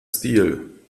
stil